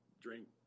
drink